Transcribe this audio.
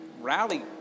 rally